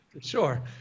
sure